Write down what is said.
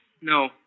No